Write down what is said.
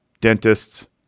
dentists